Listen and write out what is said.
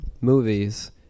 movies